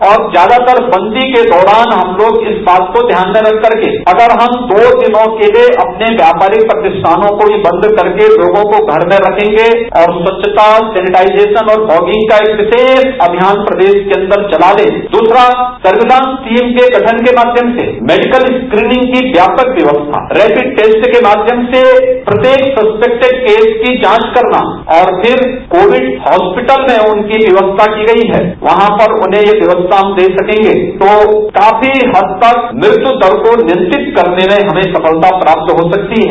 और ज्यादातर बंदी के दौरान हम लोग इस बात को ध्यान में रख करके अगर दो दिनों के लिये अपने व्यापारिक प्रतिष्ठानों को ही बंद करके लोगों को घर में रखेंगे और स्वच्छता सेनेटाइजेशन और फांगिंग का एक विशेष अभियान प्रदेश के अन्दर चला दे द्रसरा सर्विलांश टीम के गठन के माध्यम से मेडिकल स्क्रीनिंग व्यवस्था रैपिड टेस्ट के माध्यम से प्रत्येक सस्पेटेक्ड केस की जांच करना और फिर कोविड हास्पिटल में उनकी व्यवस्था की गई है वहां पर उन्हें यह व्यवस्था दे सकेंगे तो काफी हद तक मृत्युदर को नियंत्रित करने में हमें सफलता प्राप्त हो सकती है